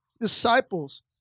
disciples